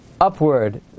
upward